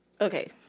Okay